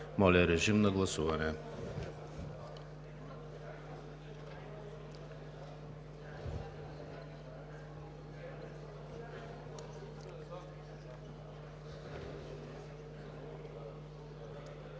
Моля, режим на гласуване